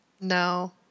No